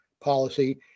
policy